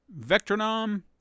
Vectronom